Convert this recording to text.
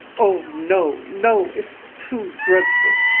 oh, no! no! it's too dreadful!